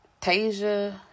Tasia